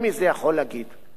על הצעת הוועדה